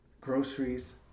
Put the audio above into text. groceries